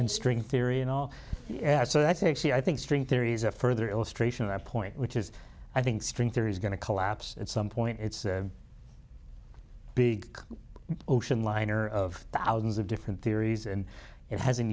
and string theory and all so that's actually i think string theories are further illustration of my point which is i think string theory is going to collapse at some point it's big ocean liner of thousands of different theories and it hasn't